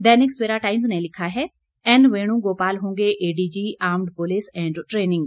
दैनिक Savera Times ने लिखा है एन वेणु गोपाल होंगे ADG armed police and training